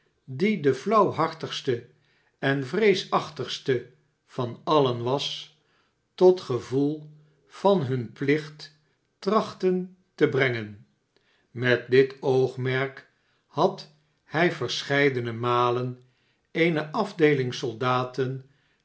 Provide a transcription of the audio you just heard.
die de flauwhartigste en vreesachtigste van alien was tot gevoel van hun plicht trachten te brengen met dit oogmerk had hij verscheidene malen eene afdeeling soldaten